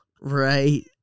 Right